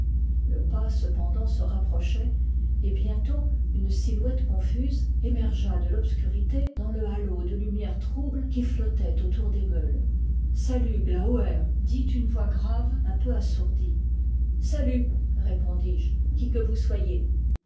le pas cependant se rapprochait et bientôt une silhouette confuse émergea de l'obscurité dans le halo de lumière trouble qui flottait autour des meules salut glaoucr dit une voix grave un peu assourdie salut répondis-je qui que vous soyez